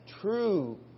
true